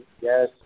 yes